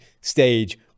stage